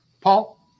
Paul